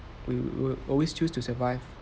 we will always choose to survive